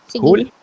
Cool